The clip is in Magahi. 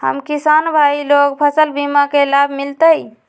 हम किसान भाई लोग फसल बीमा के लाभ मिलतई?